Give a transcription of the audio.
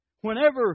Whenever